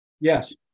Yes